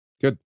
good